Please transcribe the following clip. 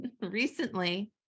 recently